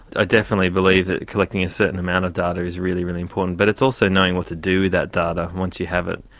ah definitely believe that collecting a certain amount of data is really, really important, but it's also knowing what to do with that data once you have it.